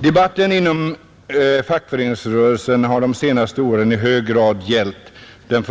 Debatten inom fackföreningsrörelsen har de senaste åren i hög grad gällt den